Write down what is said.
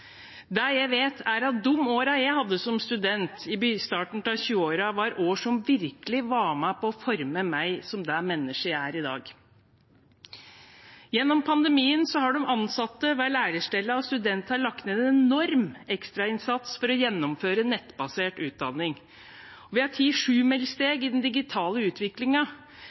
Det jeg vet, er at de årene jeg hadde som student i starten av 20-årene, var år som virkelig var med på å forme meg som det mennesket jeg er i dag. Gjennom pandemien har de ansatte ved lærestedene og studentene lagt ned en enorm ekstrainnsats for å gjennomføre nettbasert utdanning. Vi har tatt sjumilssteg i den digitale